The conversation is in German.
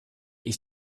ich